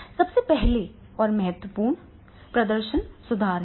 सबसे पहला और महत्वपूर्ण प्रदर्शन सुधार है